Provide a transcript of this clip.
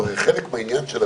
במתחמי ההשפעה הזמניים,